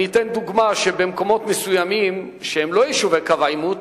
אני אתן דוגמה: במקומות מסוימים שהם לא יישובי קו העימות,